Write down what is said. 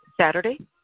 Saturday